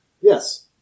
yes